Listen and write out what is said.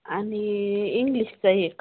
आणि इंग्लिशचा एक